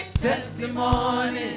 testimony